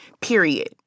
period